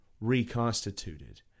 reconstituted